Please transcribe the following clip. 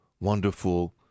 wonderful